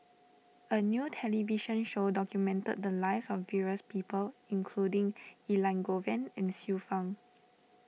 a new television show documented the lives of various people including Elangovan and Xiu Fang